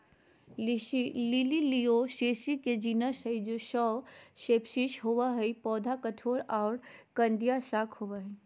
lily Liliaceae के genus हई, सौ स्पिशीज होवअ हई, पौधा कठोर आरो कंदिया शाक होवअ हई